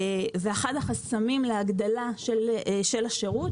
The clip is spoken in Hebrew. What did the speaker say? אחד החסמים להגדלה של השירות,